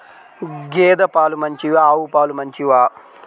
గేద పాలు మంచివా ఆవు పాలు మంచివా?